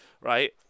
right